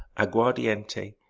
aguardiente,